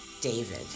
David